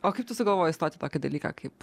o kaip tu sugalvojai stoti į tokį dalyką kaip